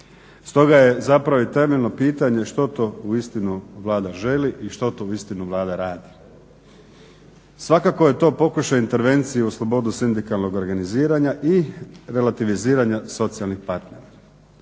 Stoga je zapravo i temeljno pitanje što to uistinu Vlada želi i što to uistinu Vlada radi? Svakako je to pokušaj intervencije u slobodu sindikalnog organiziranja i relativiziranja socijalnih partnera.